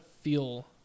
feel